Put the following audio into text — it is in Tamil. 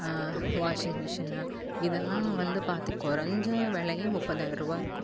வாஷிங் மிஷின்னு இதெல்லாம் வந்து பார்த்து குறஞ்ச வெலையே முப்பதாயிருபா இருக்கும்